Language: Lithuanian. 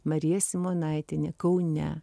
marija simonaitienė kaune